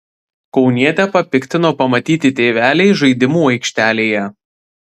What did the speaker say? kaunietę papiktino pamatyti tėveliai žaidimų aikštelėje